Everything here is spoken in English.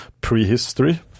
prehistory